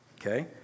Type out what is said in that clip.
okay